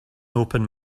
open